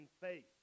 faith